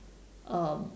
um